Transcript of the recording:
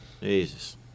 Jesus